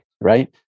right